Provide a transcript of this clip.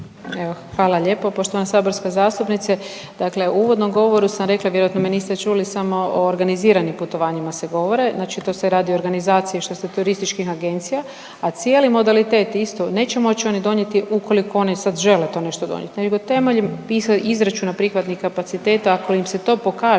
hvala lijepo poštovana saborska zastupnice. Dakle, u uvodnom govoru sam rekla vjerojatno me niste čuli samo o organiziranim putovanjima se govori. Znači to se radi o organizaciji što se turističkih agencija, a cijeli modalitet isto neće moći oni donijeti ukoliko oni sad žele to nešto donijeti, nego temeljem izračuna prihvatnih kapaciteta ako im se to pokaže